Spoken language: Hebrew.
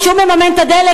כשהוא מממן את הדלק,